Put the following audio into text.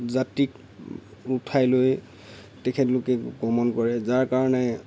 যাত্ৰীক উঠাই লৈ তেখেতলোকে গমন কৰে যাৰ কাৰণে